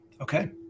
Okay